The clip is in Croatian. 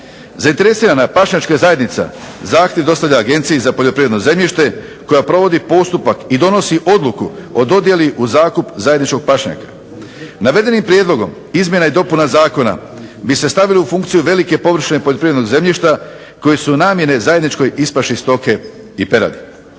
Zainteresirana pašnjačka zajednica zahtjev dostavlja Agenciji za poljoprivredno zemljište koja provodi postupak i donosi odluku o dodjeli u zakup zajedničkog pašnjaka. Navedenim prijedlogom izmjena i dopuna zakona bi se stavili u funkciju velike površine poljoprivrednog zemljišta koje su namjene zajedničkoj ispaši stoke i peradi.